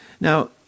Now